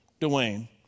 Dwayne